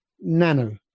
nano